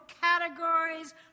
categories